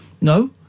No